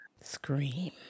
Scream